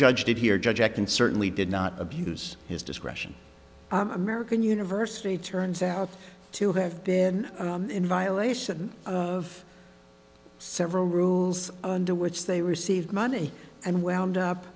judge did here judge acton certainly did not abuse his discretion american university turns out to have been in violation of several rules under which they received money and wound up